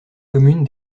commune